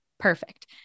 perfect